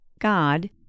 God